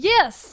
Yes